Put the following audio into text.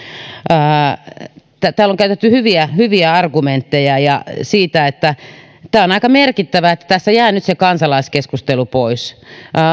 täällä on käytetty hyviä hyviä argumentteja siitä että on aika merkittävää että tässä jää nyt se kansalaiskeskustelu pois